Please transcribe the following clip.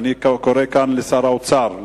אני קורא כאן לשר האוצר,